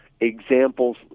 examples